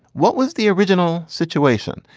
what was the original situation?